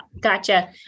Gotcha